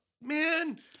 man